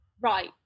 Right